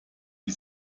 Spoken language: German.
die